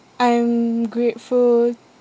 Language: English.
I'm grateful